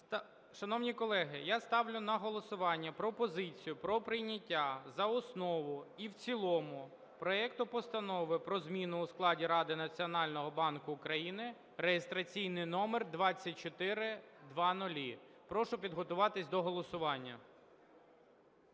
Шановні колеги, я ставлю на голосування пропозицію про прийняття за основу і в цілому проекту Постанови про зміну у складі Ради Національного банку України (реєстраційний номер 2400). Прошу підготуватись до голосування.